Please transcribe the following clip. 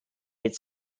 with